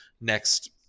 next